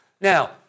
Now